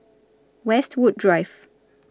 Westwood Drive